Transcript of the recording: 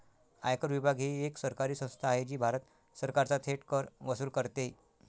आयकर विभाग ही एक सरकारी संस्था आहे जी भारत सरकारचा थेट कर वसूल करते